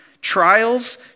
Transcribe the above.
trials